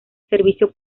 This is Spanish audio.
servicio